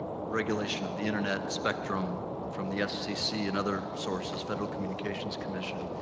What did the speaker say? regulation of the internet spectrum from the fcc and other sources, federal communications commission.